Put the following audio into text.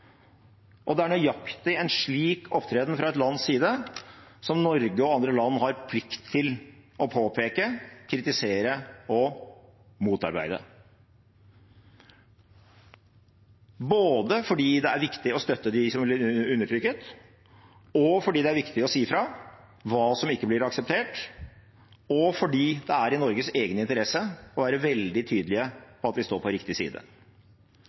Det er nøyaktig en slik opptreden fra et lands side som Norge og andre land har plikt til å påpeke, kritisere og motarbeide, fordi det er viktig å støtte dem som blir undertrykket, fordi det er viktig å si fra om hva som ikke blir akseptert, og fordi det er i Norges egen interesse å være veldig tydelig på at vi står på riktig side.